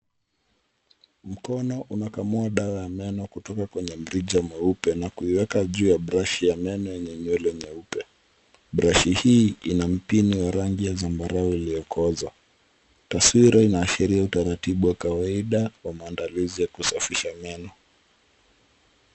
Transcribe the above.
Mkono unakamua dawa ya meno kutoka kwenye mrija mweupe na kuweka juu ya brashi ya meno yenye nywele nyeupe. Brashi hii ina mpini wa rangi ya zambarau iliyokoza. Taswira inaashiria utaratibu wa kawaida wa maandalizi ya kusafisha meno .